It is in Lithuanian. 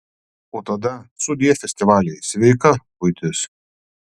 o tada sudie festivaliai sveika buitis